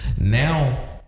now